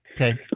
Okay